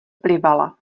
plivala